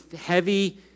heavy